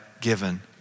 given